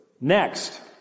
Next